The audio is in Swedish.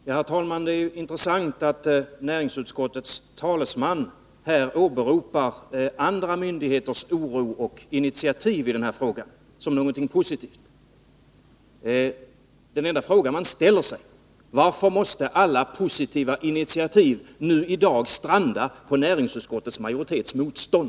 Herr talman! Det är intressant att näringsutskottets talesman åberopar andra myndigheters oro och initiativ i den här frågan som någonting positivt. Den enda fråga som man ställer sig är: Varför måste alla positiva initiativ nu stranda på näringsutskottets majoritets motstånd?